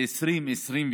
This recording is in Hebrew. מ-2023.